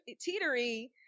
teetering